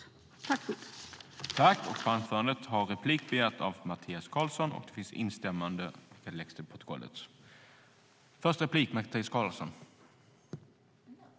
I detta anförande instämde Bengt Berg .